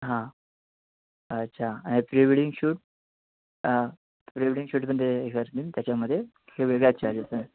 हां अच्छा आणि pre wedding shoot pre wedding शूटमधे हे असते त्याच्यामधे त्याचे वेगळेचं चार्जेस आहेत